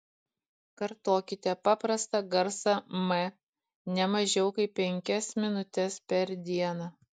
kartokite paprastą garsą m ne mažiau kaip penkias minutes per dieną